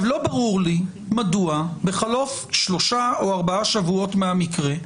לא ברור לי מדוע בחלוף שלושה או ארבעה שבועות מהמקרה,